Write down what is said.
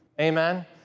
Amen